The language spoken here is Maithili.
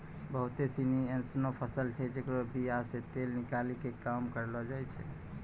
बहुते सिनी एसनो फसल छै जेकरो बीया से तेल निकालै के काम करलो जाय छै